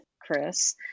Chris